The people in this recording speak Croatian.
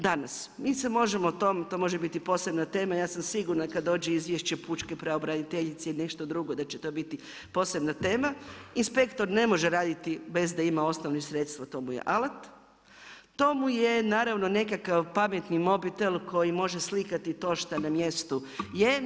Danas mi se možemo tom, to može biti posebna tema, ja sam sigurna kada dođe izvješće pučke pravobraniteljice ili nešto drugo da će to biti posebna tema, inspektor ne može raditi bez da ima osnovno sredstvo, to mu je alat, to mu je naravno nekakav pametni mobitel koji može slikati to što na mjestu je.